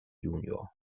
junior